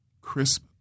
crisp